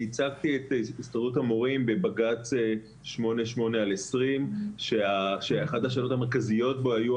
ייצגתי את הסתדרות המורים בבג"ץ 88/20 כאשר אחת השאלות בו הייתה